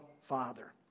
Father